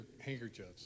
handkerchiefs